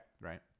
right